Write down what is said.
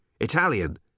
Italian